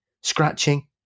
scratching